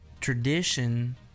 Tradition